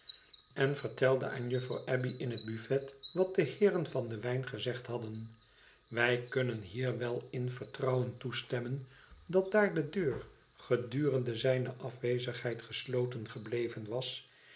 en vertelde aan juffrouw abbey in het buffet wat de heeren van den wijn gezegd hadden wij kunnen hier wel in vertrouwen toestemmen dat laaf de deur gedurende zijne afwezigheid gesloten gebleven was